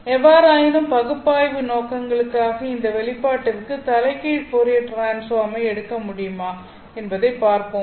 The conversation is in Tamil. எவ்வாறாயினும் பகுப்பாய்வு நோக்கங்களுக்காக இந்த வெளிப்பாட்டிற்கு தலைகீழ் போரியர் டிரான்ஸ்பார்ம் ஐ எடுக்க முடியுமா என்பதைப் பார்ப்போம்